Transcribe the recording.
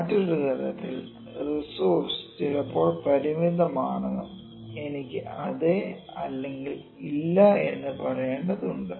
മറ്റൊരു തരത്തിൽ റിസോഴ്സ് ചിലപ്പോൾ പരിമിതമാണെന്നും എനിക്ക് അതെ അല്ലെങ്കിൽ ഇല്ല എന്ന് പറയേണ്ടതുണ്ട്